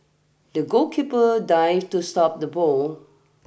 the goalkeeper dived to stop the ball